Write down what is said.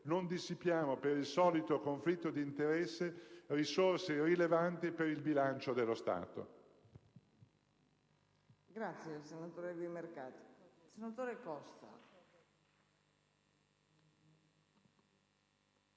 Non dissipiamo per il solito conflitto di interessi risorse rilevanti per il bilancio dello Stato.